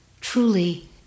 Truly